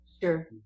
Sure